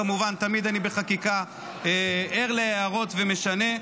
כמובן, תמיד אני ער להערות בחקיקה, ומשנה.